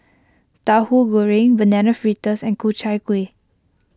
Tahu Goreng Banana Fritters and Ku Chai Kueh